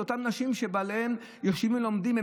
זה אותן נשים שבעליהן יושבים ולומדים.